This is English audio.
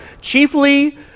chiefly